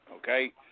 Okay